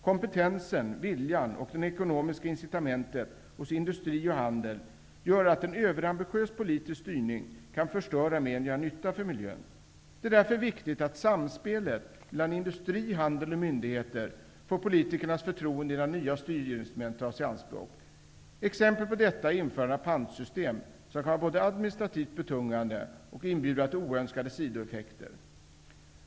Kompetensen, viljan, och det ekonomiska incitamentet hos industri och handel gör att en överambitiös politisk styrning kan förstöra mer än det gör nytta för miljön. Det är därför viktigt att samspelet mellan industri, handel och myndigheter får politikernas förtroende innan nya styrinstrument tas i anspråk. Exempel på detta är införande av pantsystem som kan vara både administrativt betungande och inbjuda till oönskade sidoeffekter.